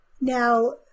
Now